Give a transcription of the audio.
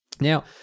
Now